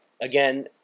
Again